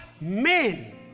men